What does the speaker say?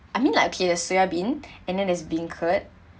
I mean like okay the soybean and then there's beancurd